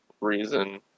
reason